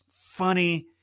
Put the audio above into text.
funny